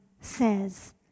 says